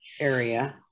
area